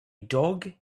dog